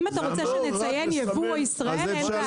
אם אתה רוצה שנציין יבוא או ישראל, אין בעיה.